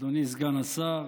אדוני סגן השר,